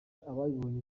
ababinyoye